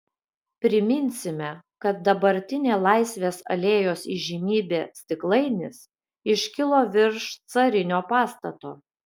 priminsime kad dabartinė laisvės alėjos įžymybė stiklainis iškilo virš carinio pastato